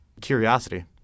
Curiosity